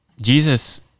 Jesus